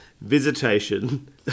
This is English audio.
Visitation